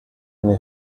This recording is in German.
eine